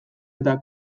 eta